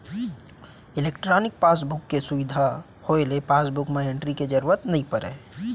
electronic passbook के सुबिधा होए ले पासबुक म एंटरी के जरूरत नइ परय